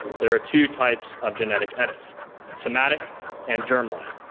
there are two types of genetic edits somatic and germline.